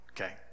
okay